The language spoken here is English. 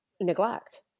neglect